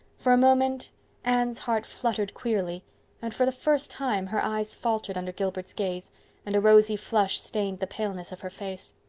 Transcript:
for a moment anne's heart fluttered queerly and for the first time her eyes faltered under gilbert's gaze and a rosy flush stained the paleness of her face.